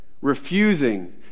Refusing